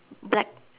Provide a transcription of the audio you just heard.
black